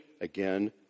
Again